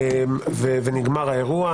ונגמר האירוע.